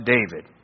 David